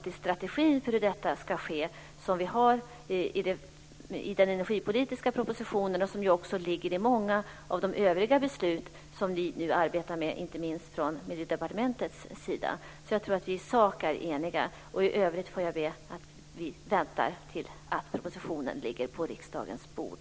Det är strategin för hur detta ska ske som vi har i den energipolitiska propositionen, och den ligger också i många av de övriga beslut som vi nu arbetar med, inte minst från Miljödepartementets sida. Jag tror alltså att vi i sak är eniga, och i övrigt får jag be att vi väntar tills propositionen ligger på riksdagens bord.